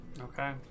Okay